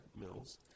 Mills